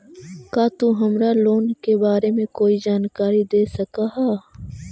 का तु हमरा लोन के बारे में कोई जानकारी दे सकऽ हऽ?